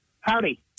Howdy